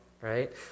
right